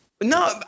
No